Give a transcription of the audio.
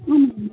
ஆமாம் மேம்